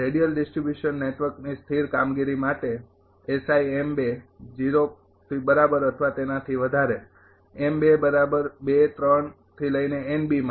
radial distribution નેટવર્કની સ્થિર કામગીરી માટે માટે